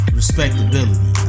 respectability